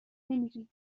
نمیری